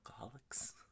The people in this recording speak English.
alcoholics